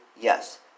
Yes